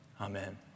amen